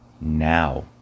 now